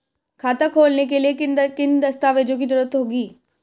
खाता खोलने के लिए किन किन दस्तावेजों की जरूरत होगी?